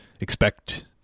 expect